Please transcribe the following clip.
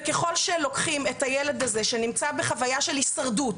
וככל שלוקחים את הילד הזה שנמצא בחוויה של הישרדות